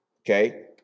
Okay